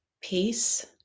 peace